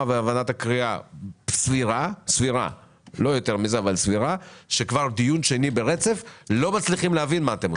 ונקרא סבירה שכבר דיון שני ברצף לא מצליחים להבין מה אתם עושים.